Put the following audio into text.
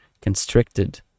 constricted